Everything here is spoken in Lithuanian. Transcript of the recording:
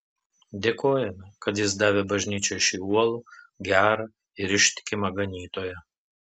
dėkojame kad jis davė bažnyčiai šį uolų gerą ir ištikimą ganytoją